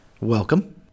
Welcome